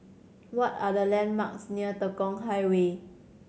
what are the landmarks near Tekong Highway